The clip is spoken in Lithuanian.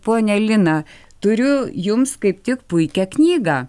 ponia lina turiu jums kaip tik puikią knygą